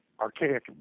archaic